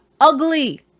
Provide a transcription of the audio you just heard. ugly